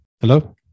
Hello